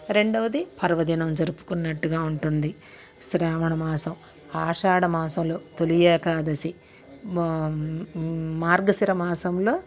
రెండవది పర్వదినం జరుపుకున్నట్టుగా ఉంటుంది శ్రావణమాసం ఆషాడమాసంలో తొలి ఏకాదశి మార్గశిర మాసంలో